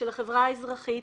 של החברה האזרחית,